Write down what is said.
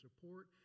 support